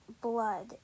blood